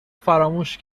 فراموش